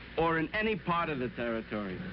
or in any part of the territory.